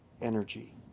energy